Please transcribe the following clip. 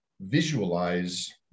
visualize